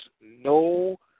No